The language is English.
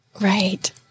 right